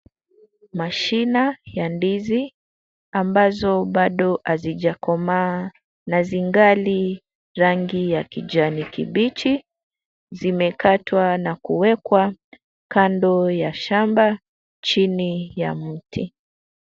Mashina ya ndizi ambazo bado hazijakomaa na zingali rangi ya kijani kibichi, zimekatwa na kuwekwa kando ya shamba chini ya mti.